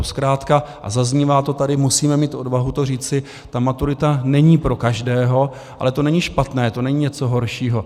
Zkrátka, a zaznívá to tady, musíme mít odvahu to říci, ta maturita není pro každého, ale to není špatné, to není něco horšího.